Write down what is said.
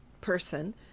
person